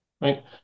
right